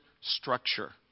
Structure